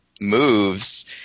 moves